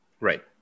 Right